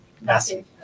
massive